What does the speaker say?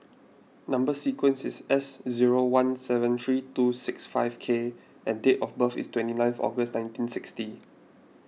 Number Sequence is S zero one seven three two six five K and date of birth is twenty ninth August nineteen sixty